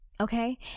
Okay